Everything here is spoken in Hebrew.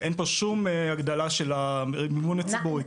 אין פה שום הגדלה של המימון הציבורי,